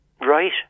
Right